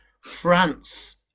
France